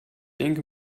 denke